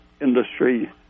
industry